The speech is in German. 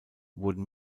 wurden